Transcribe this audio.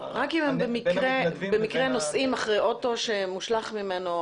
רק אם הם במקרה נוסעים אחרי אוטו שמושלך ממנו